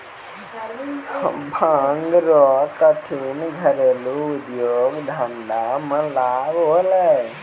भांग रो कटनी घरेलू उद्यौग धंधा मे लाभ होलै